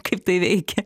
kaip tai veikia